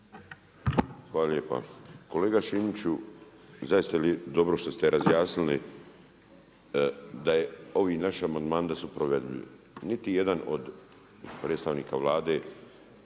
Hvala lijepa. Kolega Šimiću zaista dobro što ste razjasnili da je ovim našim amandmanom da su provedljivi. Niti jedan od predstavnika Vlade,